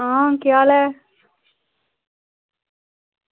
आं केह् हाल ऐ